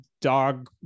dog